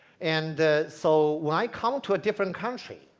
and so like come to a different country,